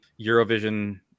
eurovision